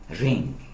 ring